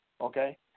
Okay